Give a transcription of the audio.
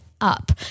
up